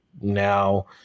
now